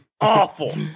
awful